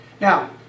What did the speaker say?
Now